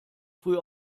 früh